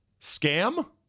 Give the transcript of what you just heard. Scam